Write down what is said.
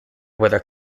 whether